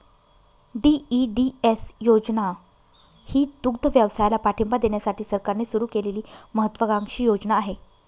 DEDS योजना ही दुग्धव्यवसायाला पाठिंबा देण्यासाठी सरकारने सुरू केलेली महत्त्वाकांक्षी योजना आहे